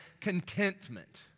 contentment